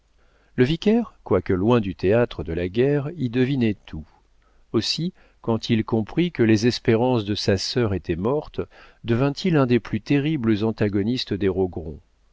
le vicaire quoique loin du théâtre de la guerre y devinait tout aussi quand il comprit que les espérances de sa sœur étaient mortes devint-il un des plus terribles antagonistes des